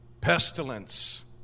Pestilence